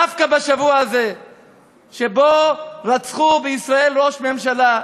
דווקא בשבוע הזה שבו רצחו בישראל ראש ממשלה,